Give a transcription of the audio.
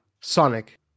Sonic